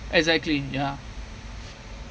exactly ya